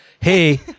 hey